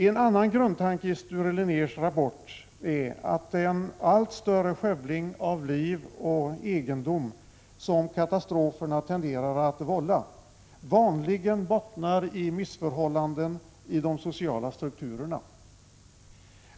En annan grundtanke i Sture Linnérs rapport är att den allt större skövling av liv och egendom som katastroferna tenderar att vålla vanligen bottnar i missförhållanden i de sociala strukturerna.